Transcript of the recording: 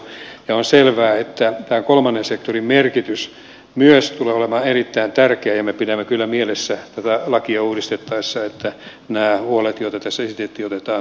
on selvää että kolmannen sektorin merkitys myös tulee olemaan erittäin tärkeä ja me pidämme kyllä mielessä tätä lakia uudistettaessa että nämä huolet joita tässä esitettiin otetaan huomioon